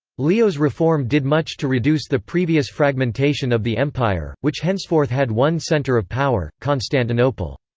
leo's reform did much to reduce the previous fragmentation of the empire, which henceforth had one center of power, constantinople.